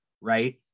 right